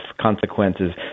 consequences